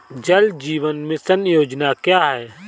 जल जीवन मिशन योजना क्या है?